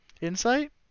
Insight